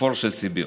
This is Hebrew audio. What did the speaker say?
בכפור של סיביר.